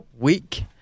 week